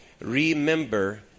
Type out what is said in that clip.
remember